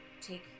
take